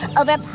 over